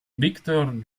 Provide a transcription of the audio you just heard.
victor